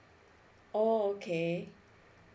oh okay